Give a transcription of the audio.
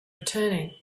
returning